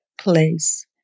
place